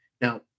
Now